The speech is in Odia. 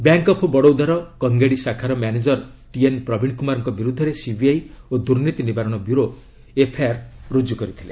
ବ୍ୟାଙ୍କ ଅଫ୍ ବଡ଼ୌଦାର କେଙ୍ଗେଡି ଶାଖାର ମ୍ୟାନେଜର ଟିଏନ୍ ପ୍ରବୀଶକୁମାରଙ୍କ ବିରୁଦ୍ଧରେ ସିବିଆଇ ଓ ଦୁର୍ନୀତିନିବାରଣ ବ୍ୟୁରୋ ଏଫ୍ଆଇଆର୍ ରୁକୁ କରିଥିଲେ